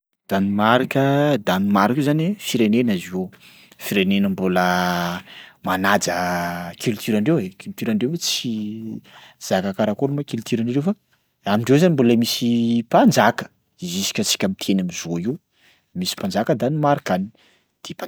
Danemarka Danemarka io zany firenena zio, firenena mbola manaja culturandreo e, culturandreo tsy zaka zaka karakôry moa culturan'ireo fa amindreo zany mbola misy mpanjaka jusk'antsika miteny am'zao io, misy mpanjaka Danemarka any, ti-.